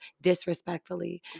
disrespectfully